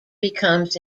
becomes